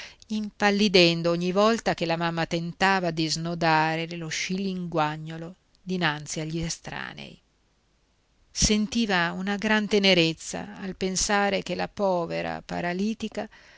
visita impallidendo ogni volta che la mamma tentava di snodare lo scilinguagnolo dinanzi agli estranei sentiva una gran tenerezza al pensare che la povera paralitica